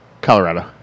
Colorado